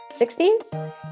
60s